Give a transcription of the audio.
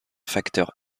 facteur